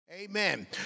Amen